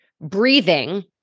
Breathing